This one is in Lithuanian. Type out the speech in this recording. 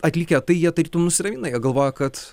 atlikę tai jie tarytum nusiramina jie galvoja kad